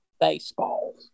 baseball